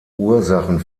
ursachen